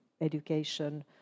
education